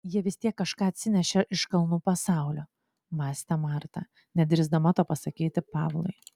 jie vis tiek kažką atsinešė iš kalnų pasaulio mąstė marta nedrįsdama to pasakyti pavlui